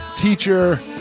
teacher